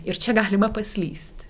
ir čia galima paslyst